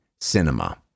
cinema